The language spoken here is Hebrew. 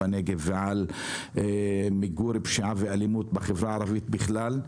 בנגב ועל מיגור פשיעה ואלימות בחברה הערבית בכלל,